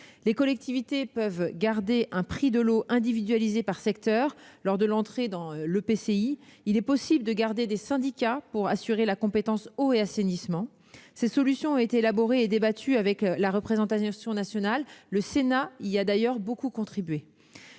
Les collectivités peuvent garder un prix de l'eau individualisé par secteur lors de l'entrée dans l'EPCI. Il est possible de garder des syndicats pour assurer les compétences eau et assainissement. Ces solutions ont été élaborées et débattues avec la représentation nationale- le Sénat y a d'ailleurs beaucoup contribué.